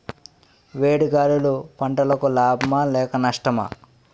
వేడి గాలులు పంటలకు లాభమా లేక నష్టమా?